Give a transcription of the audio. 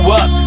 up